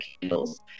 candles